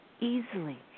easily